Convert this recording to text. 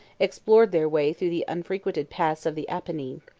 explored their way through the unfrequented paths of the apennine.